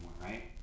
right